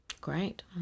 Great